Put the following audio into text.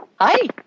Hi